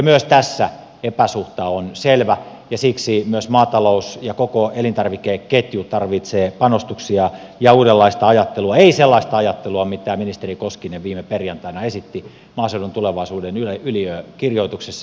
myös tässä epäsuhta on selvä ja siksi myös maatalous ja koko elintarvikeketju tarvitsee panostuksia ja uudenlaista ajattelua ei sellaista ajattelua mitä ministeri koskinen viime perjantaina esitti maaseudun tulevaisuuden yliökirjoituksessa